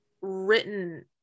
written